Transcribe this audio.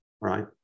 right